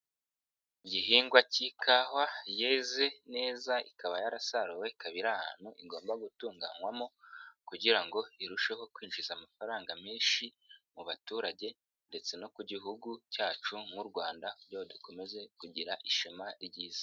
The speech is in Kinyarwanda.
Ighingwa cy'ikawa yeze neza, ikaba yarasaruwe, ikaba iri ahantu igomba gutunganywamo kugira ngo irusheho kwinjiza amafaranga menshi mu baturage ndetse no ku gihugu cyacu nk'u Rwanda kugira ngo dukomeze kugira ishema ryiza.